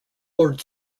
lord